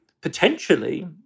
potentially